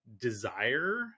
desire